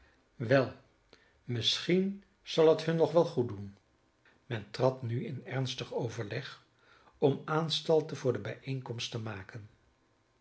wel misschien zal het hun nog wel goed doen men trad nu in ernstig overleg om aanstalten voor de bijeenkomst te maken